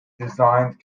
designed